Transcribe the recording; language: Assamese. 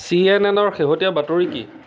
চি এন এনৰ শেহতীয়া বাতৰি কি